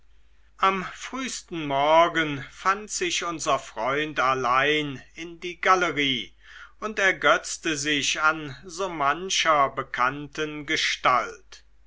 am frühsten morgen fand sich unser freund allein in die galerie und ergötzte sich an so mancher bekannten gestalt